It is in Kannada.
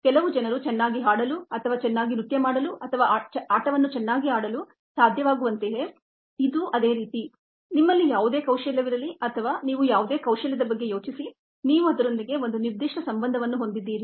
ಕೆಲವು ಜನರು ಚೆನ್ನಾಗಿ ಹಾಡಲು ಅಥವಾ ಚೆನ್ನಾಗಿ ನೃತ್ಯ ಮಾಡಲು ಅಥವಾ ಆಟವನ್ನು ಚೆನ್ನಾಗಿ ಆಡಲು ಸಾಧ್ಯವಾಗುವಂತೆಯೇ ಇದು ಅದೇ ರೀತಿ ನಿಮ್ಮಲ್ಲಿ ಯಾವುದೇ ಕೌಶಲ್ಯವಿರಲಿ ಅಥವಾ ನೀವು ಯಾವುದೇ ಕೌಶಲ್ಯದ ಬಗ್ಗೆ ಯೋಚಿಸಿ ನೀವು ಅದರೊಂದಿಗೆ ಒಂದು ನಿರ್ದಿಷ್ಟ ಸಂಬಂಧವನ್ನು ಹೊಂದಿದ್ದೀರಿ